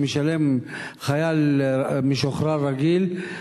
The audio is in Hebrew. שמשלם חייל משוחרר רגיל,